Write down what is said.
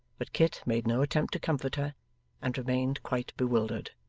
but kit made no attempt to comfort her and remained quite bewildered.